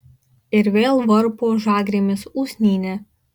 ir vėl varpo žagrėmis usnynę